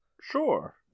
Sure